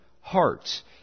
hearts